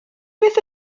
beth